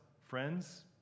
friends